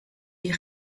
die